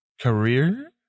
career